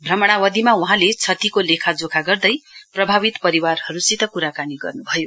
भ्रमणावधिमा वहाँले क्षतिको लेखाजोखा गर्दै प्रभावित परिवारहरुसित कुराकानी गर्नुभयो